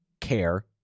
care